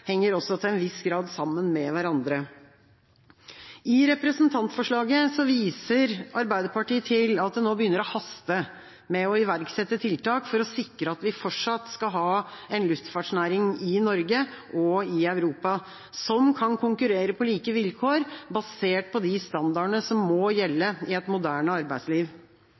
henger også til en viss grad sammen med hverandre. I representantforslaget viser Arbeiderpartiet til at det nå begynner å haste med å iverksette tiltak for å sikre at vi fortsatt skal ha en luftfartsnæring i Norge og i Europa som kan konkurrere på like vilkår, basert på de standardene som må gjelde i et moderne arbeidsliv.